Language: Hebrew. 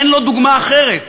אין לו דוגמה אחרת,